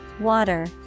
water